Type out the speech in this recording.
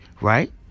right